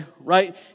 right